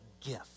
gift